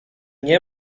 nie